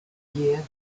year